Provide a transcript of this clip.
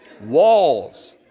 Walls